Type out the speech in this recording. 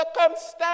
circumstance